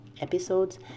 episodes